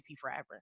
forever